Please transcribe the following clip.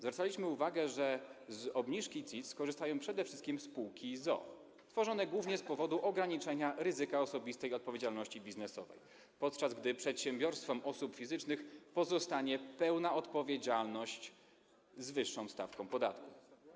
Zwracaliśmy uwagę, że z obniżki CIT skorzystają przede wszystkim spółki z o.o., tworzone głównie z powodu ograniczenia ryzyka osobistej odpowiedzialności biznesowej, podczas gdy przedsiębiorstwom osób fizycznych pozostanie pełna odpowiedzialność z wyższą stawką podatku.